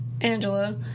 Angela